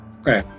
Okay